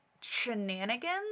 shenanigans